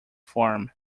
farm